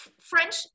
french